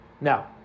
now